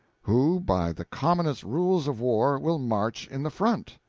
who, by the commonest rules of war, will march in the front?